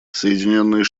соединенные